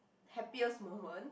happiest moment